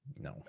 No